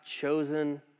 chosen